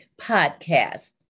Podcast